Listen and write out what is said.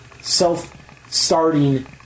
self-starting